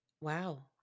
Wow